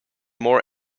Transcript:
more